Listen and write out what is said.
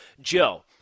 Joe